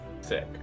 Sick